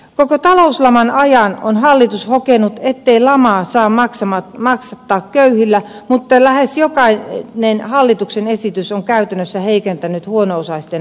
koko talouslaman ajan on hallitus hokenut ettei lamaa saa maksattaa köyhillä mutta lähes jokainen hallituksen esitys on käytännössä heikentänyt huono osaisten asemaa